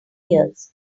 years